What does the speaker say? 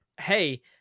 hey